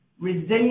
resilient